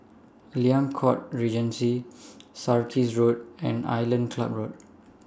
Liang Court Regency Sarkies Road and Island Club Road